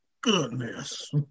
Goodness